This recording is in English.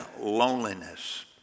loneliness